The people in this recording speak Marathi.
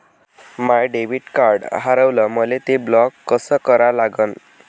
माय डेबिट कार्ड हारवलं, मले ते ब्लॉक कस करा लागन?